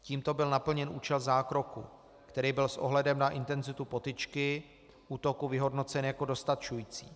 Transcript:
Tímto byl naplněn účel zákroku, který byl s ohledem na intenzitu potyčky, útoku, vyhodnocen jako dostačující.